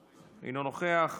אינו נוכח.